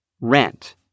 rent